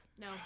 No